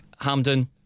Hamden